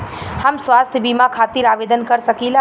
हम स्वास्थ्य बीमा खातिर आवेदन कर सकीला?